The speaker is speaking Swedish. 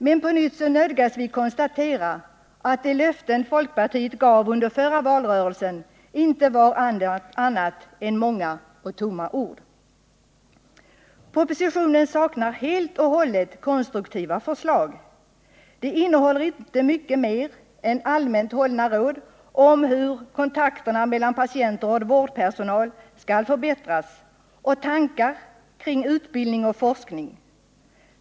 Men på nytt nödgas vi konstatera att de löften folkpartiet gav under förra valrörelsen inte var annat än många och tomma ord. Propositionen saknar helt och hållet konstruktiva förslag. Den innehåller inte mycket mer än allmänt hållna råd om hur kontakterna mellan patienter och vårdpersonal skall förbättras och tankar kring utbildning och forskning.